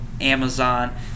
Amazon